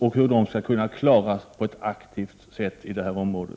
och hur de skall kunna klaras på ett aktivt sätt i detta område.